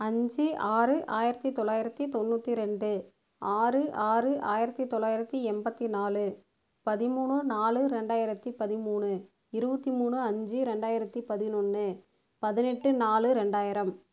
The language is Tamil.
அஞ்சு ஆறு ஆயிரத்து தொளாயிரத்து தொண்ணூற்றி ரெண்டு ஆறு ஆறு ஆயிரத்து தொளாயிரத்து எம்பத்து நாலு பதிமூணு நாலு ரெண்டாயிரத்து பதிமூணு இருபத்தி மூணு அஞ்சு ரெண்டாயிரத்து பதினொன்று பதினெட்டு நாலு ரெண்டாயிரம்